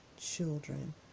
children